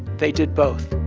they did both